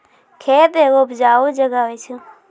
खेत एगो उपजाऊ जगह होय छै